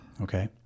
Okay